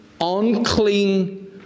unclean